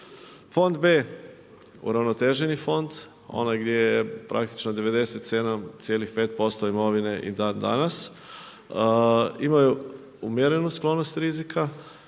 Fond B, uravnoteženi fond, ono gdje je 97,5% imovine i dan danas. Imaju umjerenu sklonost rizika